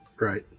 right